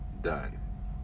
done